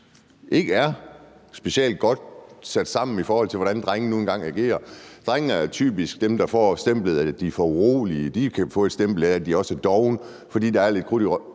ikke er specielt godt sat sammen, i forhold til hvordan drenge nu engang agerer? Drengene er typisk dem, der får det stempel, at de er for urolige, eller de kan få det stempel, at de også er for dovne, fordi de har lidt krudt i